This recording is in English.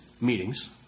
meetings